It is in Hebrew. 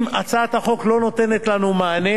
אם הצעת החוק לא נותנת לנו מענה,